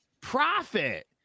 profit